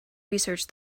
research